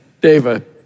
David